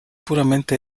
puramente